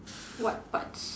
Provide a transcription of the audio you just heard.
what parts